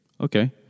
Okay